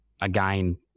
again